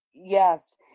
Yes